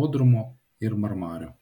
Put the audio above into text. bodrumo ir marmario